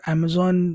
Amazon